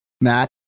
Matt